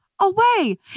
away